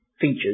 features